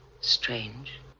strange